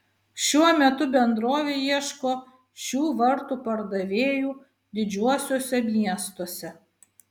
šiuo metu bendrovė ieško šių vartų pardavėjų didžiuosiuose miestuose